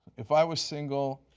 if i was single,